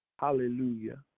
hallelujah